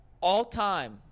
All-time